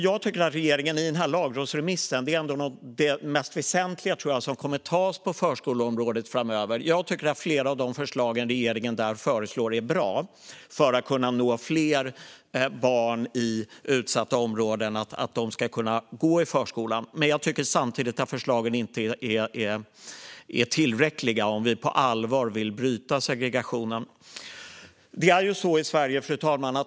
Jag tror att innehållet i denna lagrådsremiss är det mest väsentliga som kommer att tas upp på förskoleområdet framöver. Jag tycker att flera av regeringens förslag är bra när det gäller att man ska kunna nå fler barn i utsatta områden att de ska kunna gå i förskolan. Men jag tycker samtidigt att förslagen inte är tillräckliga om vi på allvar vill bryta segregationen. Fru talman!